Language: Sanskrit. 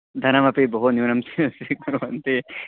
धनमपि बहु न्यूनं स्वि स्वीकुर्वन्ति